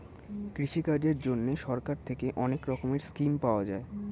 কৃষিকাজের জন্যে সরকার থেকে অনেক রকমের স্কিম পাওয়া যায়